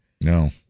no